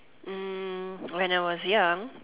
when I was young